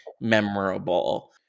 memorable